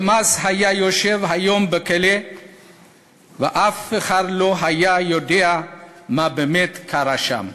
דמאס היה יושב היום בכלא ואף אחד לא היה יודע מה באמת קרה שם.